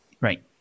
Right